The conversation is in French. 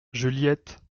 juliette